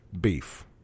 beef